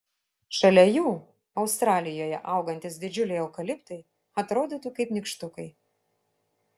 šalia jų australijoje augantys didžiuliai eukaliptai atrodytų kaip nykštukai